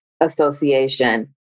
association